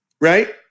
Right